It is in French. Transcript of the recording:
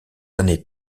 années